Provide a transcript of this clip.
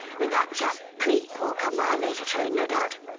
that chap cleek will come by a later train, no doubt.